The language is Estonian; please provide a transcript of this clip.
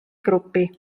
grupi